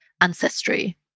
ancestry